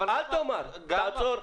תעצור.